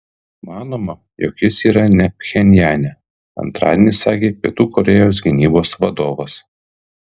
manoma jog jis yra ne pchenjane antradienį sakė pietų korėjos gynybos vadovas